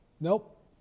Nope